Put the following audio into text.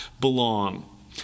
belong